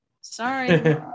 Sorry